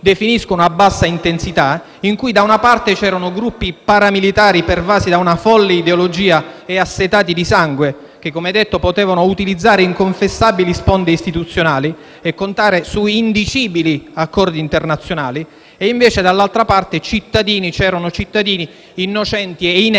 a bassa intensità: da una parte, c'erano gruppi paramilitari pervasi da una folle ideologia e assetati di sangue (che, come detto, potevano utilizzare inconfessabili sponde istituzionali e contare su indicibili accordi internazionali) e, dall'altra, c'erano cittadini innocenti e inermi.